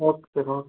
okay sir okay